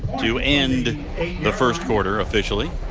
to end the first quarter officially.